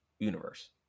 universe